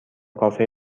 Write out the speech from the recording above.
کافه